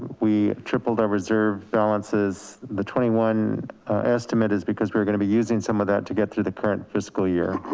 we tripled our reserve balances. the twenty one estimate is because we are gonna be using some of that to get through the current fiscal year.